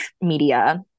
media